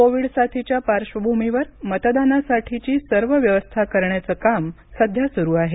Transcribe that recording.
Covid साथीच्या पार्श्वभूमीवर मतदानासाठीची सर्व व्यवस्था करण्याचं काम सध्या सुरू आहे